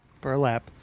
Burlap